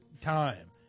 time